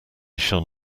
shall